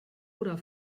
oder